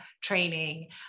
training